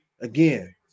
again